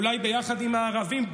אולי ביחד עם הערבים.